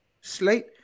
slate